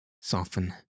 soften